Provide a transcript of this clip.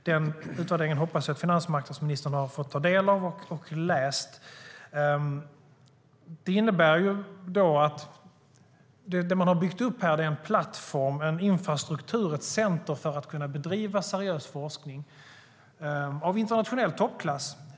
Denna utvärdering hoppas jag att finansmarknadsministern har fått ta del av och läst. Det man har byggt upp är en plattform, en infrastruktur, ett center för att kunna bedriva seriös forskning av internationell toppklass.